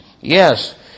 Yes